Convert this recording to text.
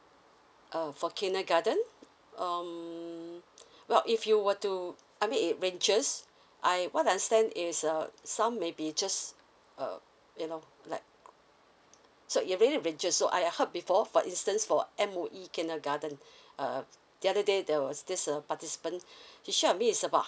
uh for kindergarten um well if you were to I mean it ranges I what I understand is uh some may be just uh you know like so it really ranges so I heard before for instance for M_O_E kindergarten uh the other day there was this uh participant he shared with me it's about